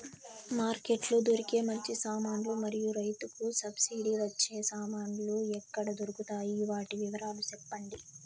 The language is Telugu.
మార్కెట్ లో దొరికే మంచి సామాన్లు మరియు రైతుకు సబ్సిడి వచ్చే సామాన్లు ఎక్కడ దొరుకుతాయి? వాటి వివరాలు సెప్పండి?